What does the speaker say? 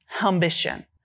ambition